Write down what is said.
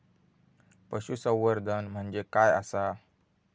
पशुसंवर्धन म्हणजे काय आसा?